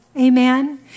Amen